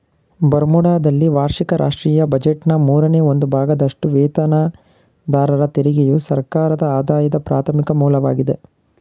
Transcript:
ಬರ್ಮುಡಾದಲ್ಲಿ ವಾರ್ಷಿಕ ರಾಷ್ಟ್ರೀಯ ಬಜೆಟ್ನ ಮೂರನೇ ಒಂದು ಭಾಗದಷ್ಟುವೇತನದಾರರ ತೆರಿಗೆಯು ಸರ್ಕಾರದಆದಾಯದ ಪ್ರಾಥಮಿಕ ಮೂಲವಾಗಿದೆ